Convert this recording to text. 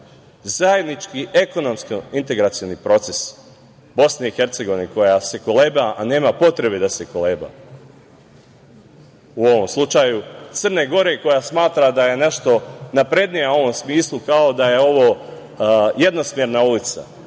Zajednički ekonomsko-integracioni procesi Bosna i Hercegovine koja se kolega, a nema potrebe da se koleba u ovom slučaju, Crne Gore koja smatra da je nešto naprednija u ovom smislu, kao da je ovo jednosmerna ulica.